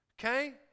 okay